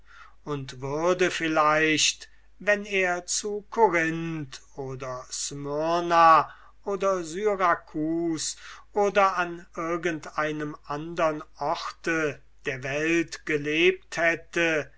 und würde vielleicht wenn er zu korinth oder smyrna oder syrakus oder an irgend einem andern orte der welt gelebt hätte